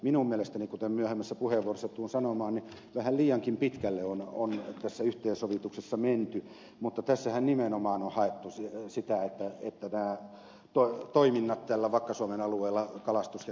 minun mielestäni kuten myöhemmässä puheenvuorossani tulen sanomaan vähän liiankin pitkälle on tässä yhteensovituksessa menty mutta tässähän nimenomaan on haettu sitä että nämä toiminnat tällä vakka suomen alueella kalastus jnp